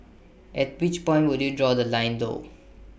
at which point would you draw The Line though